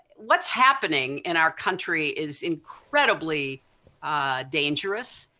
whats happening in our country is incredibly dangerous.